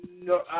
no